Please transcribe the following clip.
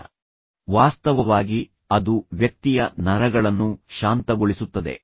ಅದನ್ನು ತೆಗೆದುಕೊಳ್ಳುವ ವ್ಯಕ್ತಿಯು ಅದನ್ನು ಕುಡಿಯುತ್ತಾನೆ ವಾಸ್ತವವಾಗಿ ಅದು ವ್ಯಕ್ತಿಯ ನರಗಳನ್ನು ಶಾಂತಗೊಳಿಸುತ್ತದೆ